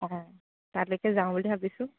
অঁ তালৈকে যাওঁ বুলি ভাবিছোঁ